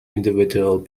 individual